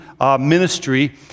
ministry